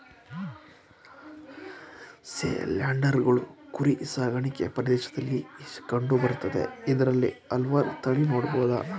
ಸೇಲ್ಯಾರ್ಡ್ಗಳು ಕುರಿ ಸಾಕಾಣಿಕೆ ಪ್ರದೇಶ್ದಲ್ಲಿ ಕಂಡು ಬರ್ತದೆ ಇದ್ರಲ್ಲಿ ಹಲ್ವಾರ್ ತಳಿ ನೊಡ್ಬೊದು